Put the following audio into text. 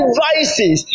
vices